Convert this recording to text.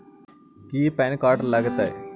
की PAN card लग तै?